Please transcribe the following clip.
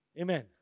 Amen